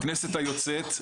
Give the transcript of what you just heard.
בכנסת היוצאת,